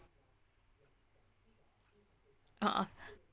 (uh huh)